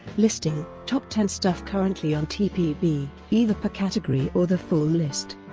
listing top ten stuff currently on tpb, either per category or the full list.